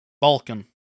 Balkan